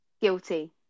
Guilty